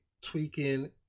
tweaking